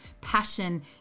passion